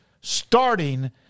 starting